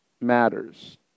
matters